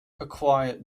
acquired